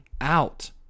out